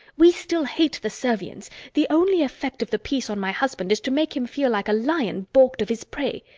we still hate the servians the only effect of the peace on my husband is to make him feel like a lion baulked of his prey.